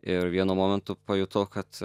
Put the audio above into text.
ir vienu momentu pajutau kad